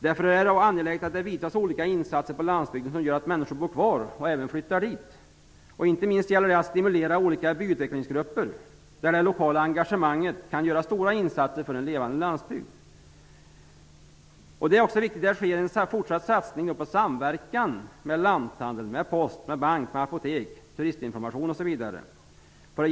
Därför är det angeläget att det vidtas olika åtgärder på landsbygden som gör att människor bor kvar och nya flyttar dit. Inte minst gäller det att stimulera olika byutvecklingsgrupper där det lokala engagemanget kan göra stora insatser för en levande landsbygd. Det är också riktigt att det sker en fortsatt satsning på samverkan mellan lanthandlare, post, banker, apotek, turistinformationsverksamhet osv.